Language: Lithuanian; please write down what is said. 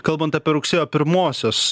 kalbant apie rugsėjo pirmosios